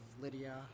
Lydia